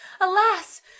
alas